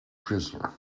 prisoner